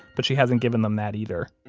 but she hasn't given them that either